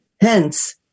Hence